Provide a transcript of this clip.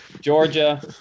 Georgia